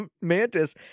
Mantis